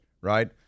right